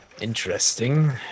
Interesting